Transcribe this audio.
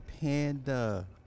panda